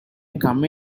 come